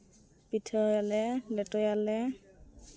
ᱯᱤᱴᱷᱟᱹᱭᱟᱞᱮ ᱞᱮᱴᱚᱭᱟᱞᱮ